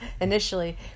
Initially